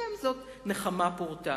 גם זאת נחמה פורתא,